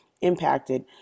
impacted